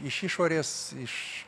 iš išorės iš